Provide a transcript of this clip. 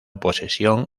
posesión